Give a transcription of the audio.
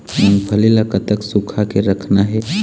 मूंगफली ला कतक सूखा के रखना हे?